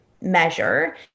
measure